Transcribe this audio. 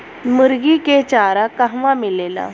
मुर्गी के चारा कहवा मिलेला?